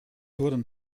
worden